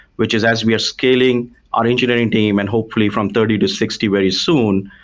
which is as we are scaling our engineering team and hopefully from thirty to sixty very soon,